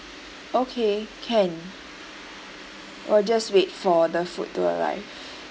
okay can or just wait for the food to arrive